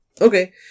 Okay